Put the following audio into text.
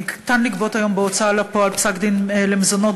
אפשר לגבות היום בהוצאה לפועל פסק-דין למזונות